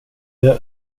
jag